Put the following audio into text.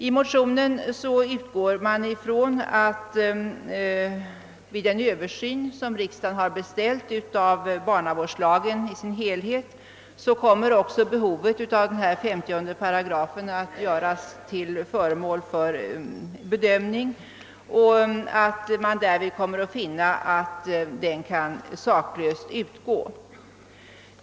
I motionen utgår man från att 50 8 kommer att göras till föremål för bedömning vid den översyn som riksdagen beställt av barnavårdslagen i dess helhet, och vid den bedömningen kommer det säkert att framgå att paragrafen saklöst kan utgå.